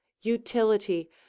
utility